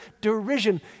derision